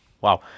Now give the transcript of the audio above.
wow